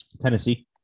Tennessee